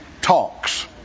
talks